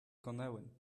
kanaouenn